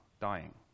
dying